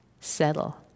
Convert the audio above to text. settle